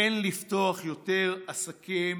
כן לפתוח יותר עסקים